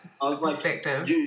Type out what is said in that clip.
perspective